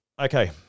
Okay